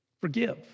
forgive